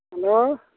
hello